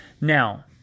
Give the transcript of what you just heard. Now